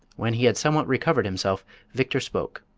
when he had somewhat recovered himself victor spoke.